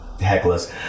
Heckless